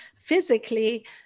physically